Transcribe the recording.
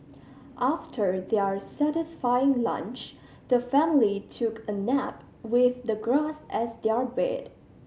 after their satisfying lunch the family took a nap with the grass as their bed